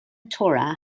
torah